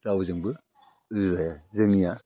रावजोंबो रुजुजाया जोंनिया